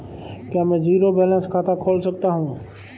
क्या मैं zero balance खाता खोल सकता हूँ?